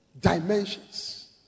dimensions